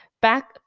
Back